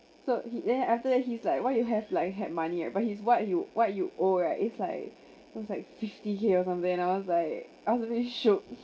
so he then after that he's like why you have like had money right but it's what you what you owe right it's like it's like fifty K or something and I was like I was very shocked